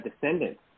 descendants